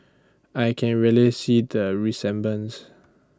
I can really see the resemblance